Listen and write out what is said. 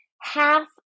half